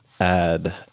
add